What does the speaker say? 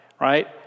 right